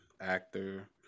actor